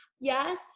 Yes